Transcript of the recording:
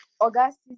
August